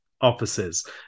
offices